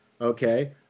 okay